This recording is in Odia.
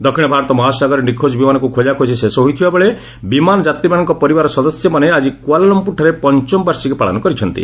ଦକ୍ଷିଣ ଭାରତ ମହାସାଗରରେ ନିଖୋଜ ବିମାନକୁ ଖୋଜାଖାଜି ଶେଷ ହୋଇଥିଲାବେଳେ ବିମାନଯାତ୍ରୀମାନଙ୍କ ପରିବାର ସଦସ୍ୟମାନେ ଆଜି କୁଆଲାଲମ୍ପୁରଠାରେ ପଞ୍ଚମ ବାର୍ଷିକୀ ପାଳନ କରିଛନ୍ତି